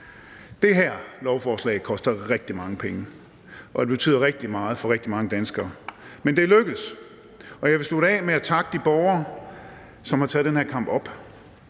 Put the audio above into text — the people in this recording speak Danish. Det her lovforslag koster rigtig mange penge, og det betyder rigtig meget for rigtig mange danskere. Men det er lykkedes, og jeg vil slutte af med at takke de borgere, som har taget den her kamp op,